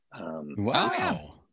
Wow